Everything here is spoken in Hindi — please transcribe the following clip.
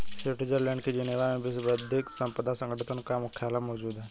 स्विट्जरलैंड के जिनेवा में विश्व बौद्धिक संपदा संगठन का मुख्यालय मौजूद है